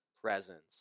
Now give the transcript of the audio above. presence